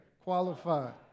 qualified